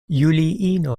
juliino